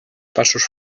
passos